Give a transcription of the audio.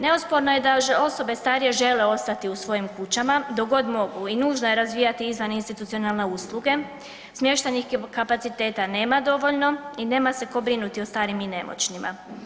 Neosporno je da osobe starije žele ostati u svojim kućama dok god mogu i nužno je razvijati izvaninstitucionalne usluge, smještajnih kapaciteta nema dovoljno i nema se ko brinuti o starim i nemoćnima.